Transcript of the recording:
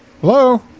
Hello